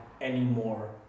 anymore